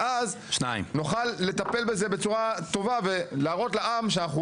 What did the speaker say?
ואז נוכל לטפל בזה בצורה טובה ולהראות לעם שאנחנו